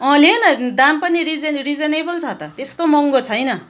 अँ ले न दाम पनि रिजने रिजनेबल छ त त्यस्तो महँगो छैन